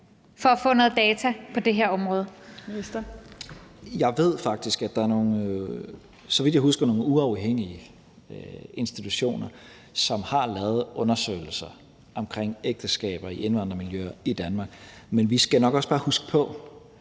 Jeg ved faktisk, at der er nogle, så vidt jeg husker, uafhængige institutioner, som har lavet undersøgelser om ægteskaber i indvandrermiljøer i Danmark. Men vi skal nok også bare huske på,